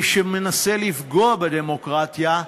מי שמנסה לפגוע בדמוקרטיה,